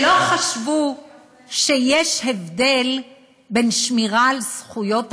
שלא חשבו שיש הבדל בין שמירה על זכויות האזרח,